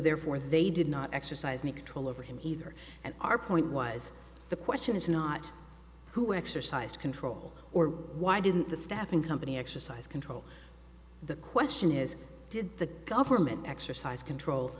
therefore they did not exercise may control over him either and our point was the question is not who exercised control or why didn't the staffing company exercise control the question is did the government exercise control